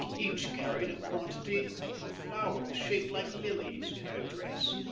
each carried a quantity of flowers, shaped like lilies, in her dress,